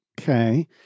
Okay